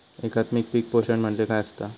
एकात्मिक पीक पोषण म्हणजे काय असतां?